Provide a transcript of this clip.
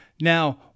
Now